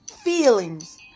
feelings